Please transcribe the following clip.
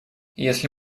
если